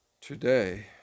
today